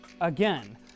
again